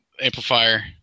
amplifier